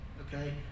okay